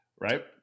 right